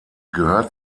gehört